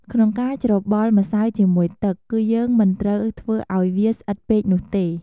ក្នុងការច្របល់ម្សៅជាមួយទឹក គឺយើងមិនត្រូវធ្វើឱ្យវាស្អិតពេកនោះទេ។